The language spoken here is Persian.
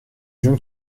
جون